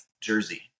jersey